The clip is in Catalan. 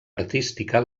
artística